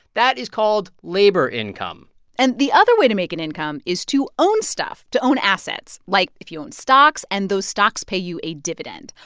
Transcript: that is called labor income and the other way to make an income is to own stuff, to own assets, like if you own stocks, and those stocks pay you a dividend,